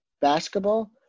Basketball